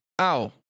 Ow